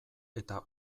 eta